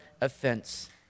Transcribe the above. offense